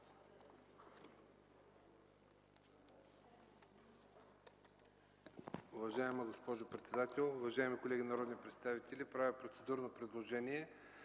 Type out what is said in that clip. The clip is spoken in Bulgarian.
Уважаема госпожо председател, уважаеми колеги народни представители! Първо, ще направя процедурно предложение,